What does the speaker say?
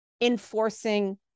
enforcing